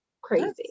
Crazy